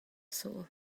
saw